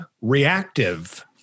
reactive